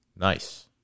Nice